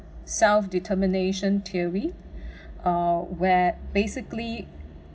self determination theory or where basically